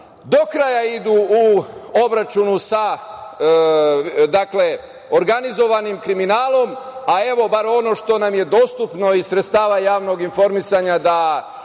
do kraja idu u obračun sa organizovanim kriminalom, a evo, bar ono što nam je dostupno iz sredstava javnog informisanja da